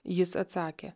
jis atsakė